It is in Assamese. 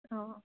অঁ